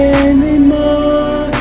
anymore